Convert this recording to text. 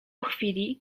chwili